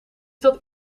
dat